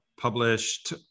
published